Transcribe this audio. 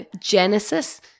Genesis